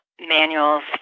manuals